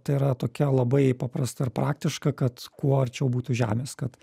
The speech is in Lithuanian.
tai yra tokia labai paprasta ir praktiška kad kuo arčiau būtų žemės kad